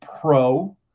pro